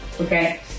okay